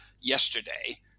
yesterday